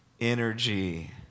energy